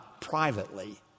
privately